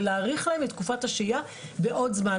ולהאריך להן את תקופת השהייה בעוד זמן.